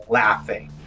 laughing